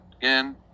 again